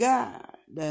God